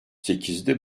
sekizde